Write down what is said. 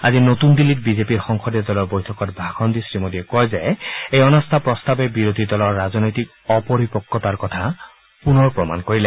আজি নতুন দিল্লীত বিজেপিৰ সংসদীয় দলৰ বৈঠকত ভাষণ দি শ্ৰীমোদীয়ে কয় যে এই অনাস্থা প্ৰস্তাৱে বিৰোধী দলৰ ৰাজনৈতিক অপৰিপক্বতাৰ কথা প্ৰমাণ কৰিলে